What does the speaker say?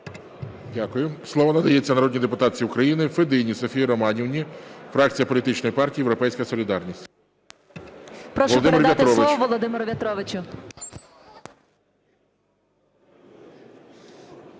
Дякую. Слово надається народній депутатці України Федині Софії Романівні, фракція політичної партії "Європейська солідарність". 10:21:44 ФЕДИНА С.Р. Прошу передати слово Володимиру В’ятровичу.